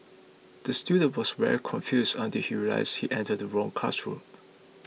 the student was very confused until he realised he entered the wrong classroom